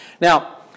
Now